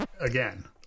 again